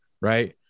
right